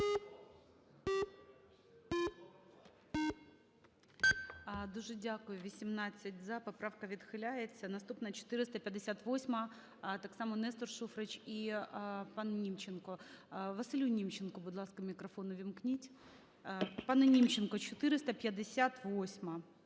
Дуже дякую. 18 – за. Поправка відхиляється. Наступна 458-а, так само Нестор Шуфрич і пан Німченко. Василю Німченку, будь ласка, мікрофон увімкніть. Пане Німченко, 458-а.